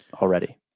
already